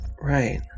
Right